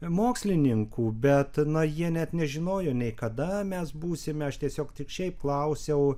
mokslininkų bet na jie net nežinojo nei kada mes būsime aš tiesiog tik šiaip klausiau